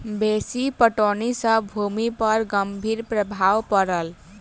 बेसी पटौनी सॅ भूमि पर गंभीर प्रभाव पड़ल